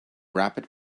rapid